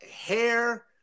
hair